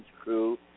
crew